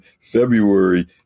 February